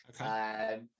Okay